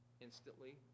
instantly